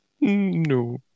No